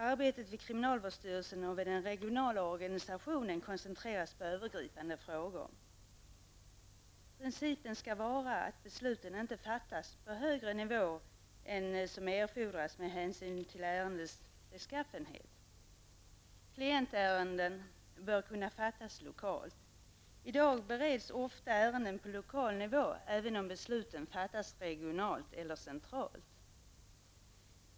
Arbetet vid kriminalvårdstyrelsen och vid den regionala organisationen koncentreras på övergripande frågor. Principen skall vara att besluten inte fattas på högre nivå än som erfordras med hänsyn till ärendenas beskaffenhet. Beslut i klientärenden bör kunna fattas lokalt. I dag bereds ofta ärenden på lokal nivå även om besluten fattas regionalt eller centralt.